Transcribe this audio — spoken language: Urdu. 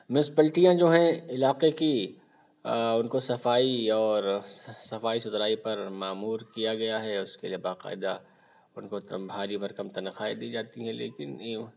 میونسپلٹیاں جو ہیں علاقے کی اُن کو صفائی اور صفائی سُتھرائی پر معمور کیا گیا ہے اور اُس کے لیے باقاعدہ ان کو بھاری بھرکم تنخواہیں دی جاتی ہیں لیکن یوں